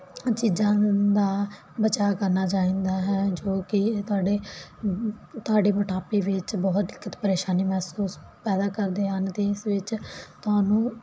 ਚੀਜ਼ਾਂ ਦਾ ਬਚਾਅ ਕਰਨਾ ਚਾਹੀਦਾ ਹੈ ਜੋ ਕਿ ਤੁਹਾਡੇ ਤੁਹਾਡੇ ਮੋਟਾਪੇ ਵਿੱਚ ਬਹੁਤ ਦਿੱਕਤ ਪਰੇਸ਼ਾਨੀ ਮਹਿਸੂਸ ਪੈਦਾ ਕਰਦੇ ਹਨ ਤੇ ਇਸ ਵਿੱਚ ਤੁਹਾਨੂੰ